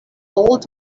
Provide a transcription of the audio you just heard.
old